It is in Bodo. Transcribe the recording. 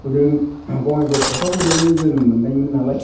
हजों बङाइगाव चाफागुरियावनो जोनोम मोननायमोन नालाय